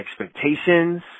expectations